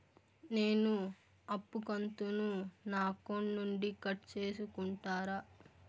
నేను అప్పు కంతును నా అకౌంట్ నుండి కట్ సేసుకుంటారా?